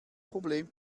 problem